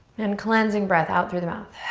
and cleansing breath, out through the mouth.